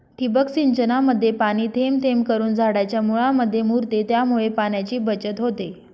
ठिबक सिंचनामध्ये पाणी थेंब थेंब करून झाडाच्या मुळांमध्ये मुरते, त्यामुळे पाण्याची बचत होते